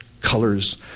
colors